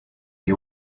you